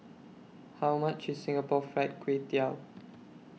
How much IS Singapore Fried Kway Tiao